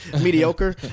Mediocre